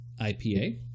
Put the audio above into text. IPA